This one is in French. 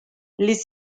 les